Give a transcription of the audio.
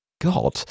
God